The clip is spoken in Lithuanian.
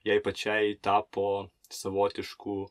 jai pačiai tapo savotišku